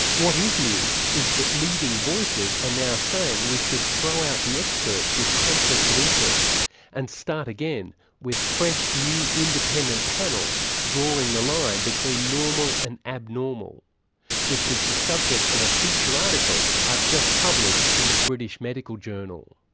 what is new is that leading voices are and now saying we should throw out the experts with conflicts of interest and start again with fresh, new, independent panels drawing the line between normal and abnormal which is the subject of a feature article i've just published in the british medical journal.